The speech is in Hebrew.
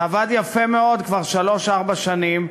זה עבד יפה מאוד כבר שלוש, ארבע שנים,